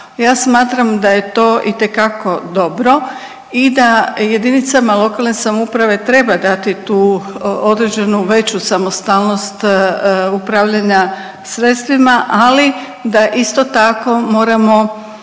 ja smatram da je to itekako dobro i da jedinicama lokalne samouprave treba dati tu određenu veću samostalnog upravljanja sredstvima, ali da isto tako moramo